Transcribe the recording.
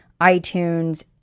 iTunes